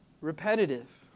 repetitive